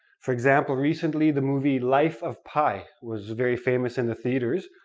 for example, recently the movie life of pi was very famous in the theaters,